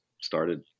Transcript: started